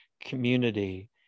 community